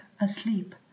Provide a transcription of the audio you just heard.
Asleep